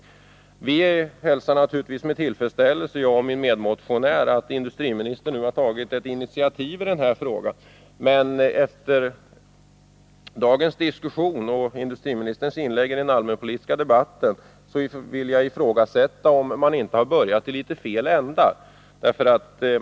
Min medmotionär och jag hälsar naturligtvis med tillfredsställelse att industriministern nu har tagit ett initiativ i den här frågan, men efter dagens diskussion och industriministerns inlägg i den allmänpolitiska debatten vill jagifrågasätta om man inte har börjat i fel ände.